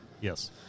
Yes